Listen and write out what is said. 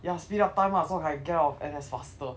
ya speed up time lah so I can get out of N_S faster